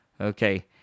Okay